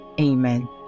Amen